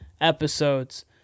episodes